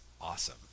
awesome